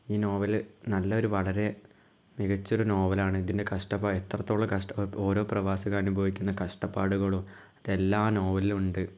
ഈ നോവല് നല്ല ഒരു വളരെ മികച്ച ഒരു നോവലാണ് ഇതിൻ്റെ കഷ്ടപ്പാട് എത്രത്തോളം കഷ്ട്ടം ഓരോ പ്രവാസികൾ അനുഭവിക്കുന്ന കഷ്ടപ്പാടുകളും അതെല്ലാം നോവലിലും ഉണ്ട്